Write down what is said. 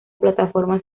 plataformas